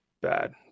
bad